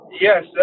Yes